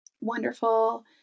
wonderful